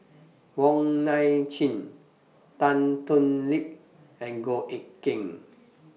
Wong Nai Chin Tan Thoon Lip and Goh Eck Kheng